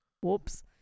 Whoops